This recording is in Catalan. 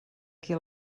qui